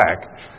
back